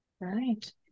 right